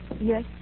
Yes